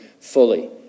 fully